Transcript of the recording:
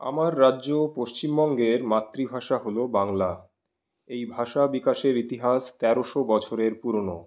আমার রাজ্য পশ্চিমবঙ্গের মাতৃভাষা হল বাংলা এই ভাষা বিকাশের ইতিহাস তেরোশো বছরের পুরোনো